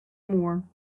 more